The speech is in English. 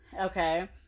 okay